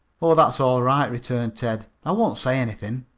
oh, that's all right, returned ted. i won't say anythin'.